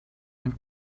han